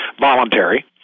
voluntary